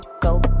go